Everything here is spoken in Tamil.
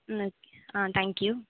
ம் ஆ தேங்க்யூ